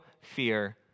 fear